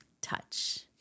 touch